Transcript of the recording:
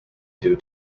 due